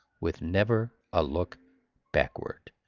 with never a look backward.